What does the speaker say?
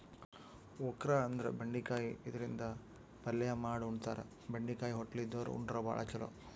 okra ಅಂದ್ರ ಬೆಂಡಿಕಾಯಿ ಇದರಿಂದ ಪಲ್ಯ ಮಾಡ್ ಉಣತಾರ, ಬೆಂಡಿಕಾಯಿ ಹೊಟ್ಲಿ ಇದ್ದೋರ್ ಉಂಡ್ರ ಭಾಳ್ ಛಲೋ